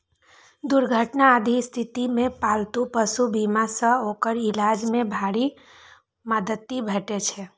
दुर्घटना आदिक स्थिति मे पालतू पशु बीमा सं ओकर इलाज मे भारी मदति भेटै छै